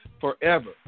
Forever